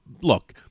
look